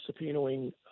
subpoenaing